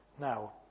Now